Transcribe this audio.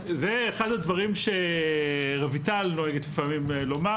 זה אחד הדברים שרויטל נוהגת לומר,